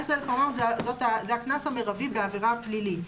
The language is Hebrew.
14,400 שקל זה הקנס המרבי בעבירה פלילית,